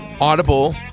audible